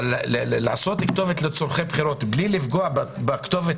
אבל לעשות כתובת לצורכי בחירות בלי לפגוע בכתובת